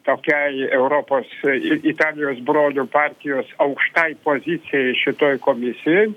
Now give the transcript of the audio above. tokiai europos ir italijos brolių partijos aukštai pozicijai šitoj komisijoj